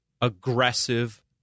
aggressive